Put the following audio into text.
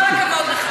כל הכבוד לך.